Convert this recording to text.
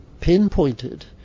pinpointed